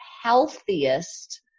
healthiest